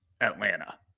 Atlanta